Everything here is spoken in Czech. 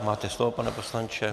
Máte slovo, pane poslanče.